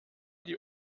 die